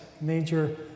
major